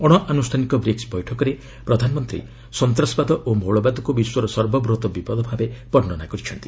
ଅଣଆନୁଷ୍ଠାନିକ ବ୍ରିକ୍ସ ବୈଠକରେ ପ୍ରଧାନମନ୍ତ୍ରୀ ସନ୍ତାସବାଦ ଓ ମୌଳବାଦକୁ ବିଶ୍ୱର ସର୍ବବୃହତ ବିପଦ ଭାବେ ବର୍ଷନା କରିଛନ୍ତି